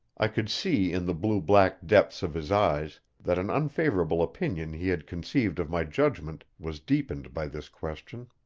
i could see in the blue-black depths of his eyes that an unfavorable opinion he had conceived of my judgment was deepened by this question.